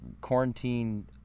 quarantine